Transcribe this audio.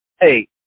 Hey